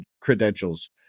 credentials